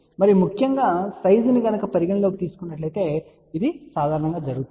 మరియు ముఖ్యంగా సైజుని పరిగణలోకి తీసుకున్నప్పుడు ఇది సాధారణంగా జరుగుతుంది